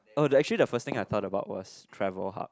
oh the actually the first thing I thought about was travel hub